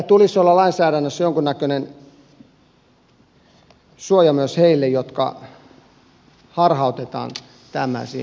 meillä tulisi olla lainsäädännössä jonkunnäköinen suoja myös heille jotka harhautetaan tämmöisiin asioihin